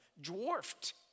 dwarfed